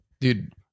Dude